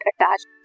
attached